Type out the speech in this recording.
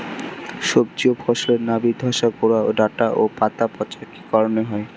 সবজি ও ফসলে নাবি ধসা গোরা ডাঁটা ও পাতা পচা কি কারণে হয়?